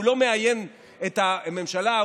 הוא לא מאיין את הממשלה,